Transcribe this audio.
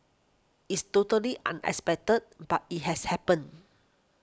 it's totally unexpected but it has happened